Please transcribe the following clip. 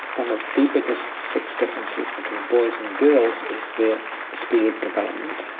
one of the biggest sex differences between boys and girls is their speed of development,